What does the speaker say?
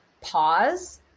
pause